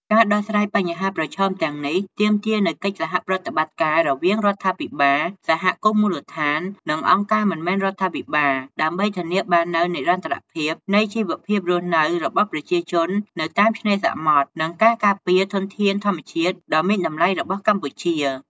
ការដោះស្រាយបញ្ហាប្រឈមទាំងនេះទាមទារនូវកិច្ចសហប្រតិបត្តិការរវាងរដ្ឋាភិបាល សហគមន៍មូលដ្ឋាន និងអង្គការមិនមែនរដ្ឋាភិបាល ដើម្បីធានាបាននូវនិរន្តរភាពនៃជីវភាពរស់នៅរបស់ប្រជាជននៅតាមឆ្នេរសមុទ្រ និងការការពារធនធានធម្មជាតិដ៏មានតម្លៃរបស់កម្ពុជា។